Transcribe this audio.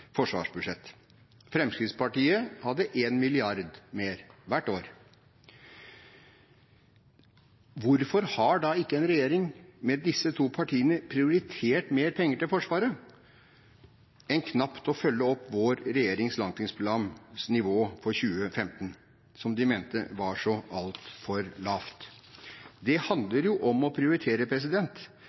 forsvarsbudsjett, og Fremskrittspartiet hadde 1 milliard mer – hvert år. Hvorfor har da ikke en regjering med disse to partiene prioritert mer penger til Forsvaret enn knapt å følge opp vår regjerings langtidsplans nivå for 2015, som de mente var så altfor lavt? Det handler jo om å prioritere,